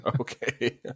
Okay